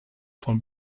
von